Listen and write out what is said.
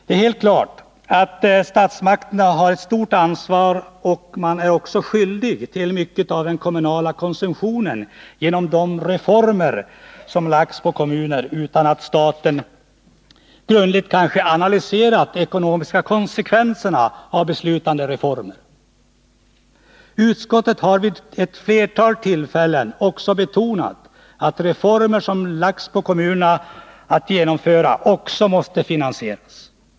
Det är helt klart att statsmakterna har ett stort ansvar, och staten är också skyldig till mycket av den kommunala konsumtionen genom att reformer ålagts kommunerna — kanske utan att staten grundligt analyserat de ekonomiska konsekvenserna av beslutade reformer. Utskottet har vid ett flertal tillfällen betonat att reformer som kommunerna ålagts att genomföra också måste finansieras.